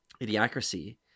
Idiocracy